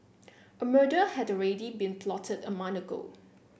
a murder had already been plotted a month ago